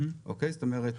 זאת אומרת,